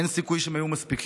אין סיכוי שהם היו מספיקים.